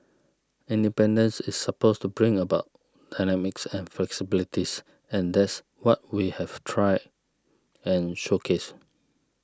independence is supposed to bring about dynamism and flexibilities and that's what we have try and showcase